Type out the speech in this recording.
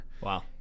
wow